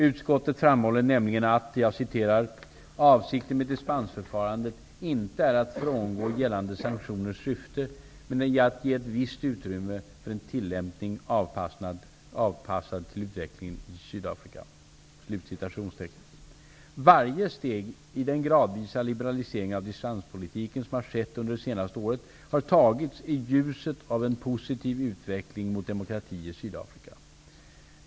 Utskottet framhåller nämligen att ''-- avsikten med dispensförfarandet -- inte är att frångå gällande sanktioners syfte men att ge visst utrymme för en tillämpning avpassad till utvecklingen i Sydafrika''. Varje steg i den gradvisa liberalisering av dispenspolitiken som har skett under det senaste året har tagits i ljuset av en positiv utveckling mot demokrati i Sydafrika.